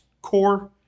core